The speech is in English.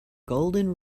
golden